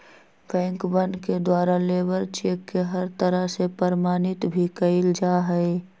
बैंकवन के द्वारा लेबर चेक के हर तरह से प्रमाणित भी कइल जा हई